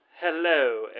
Hello